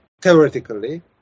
theoretically